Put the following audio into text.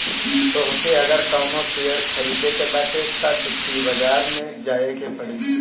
तोहके अगर कवनो शेयर खरीदे के बाटे तअ वित्तीय बाजार में जाए के पड़ी